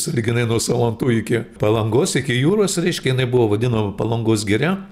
sąlyginai nuo salantų iki palangos iki jūros reiškia jinai buvo vadinama palangos giria